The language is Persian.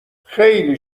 خیلی